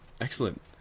excellent